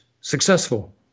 successful